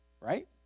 right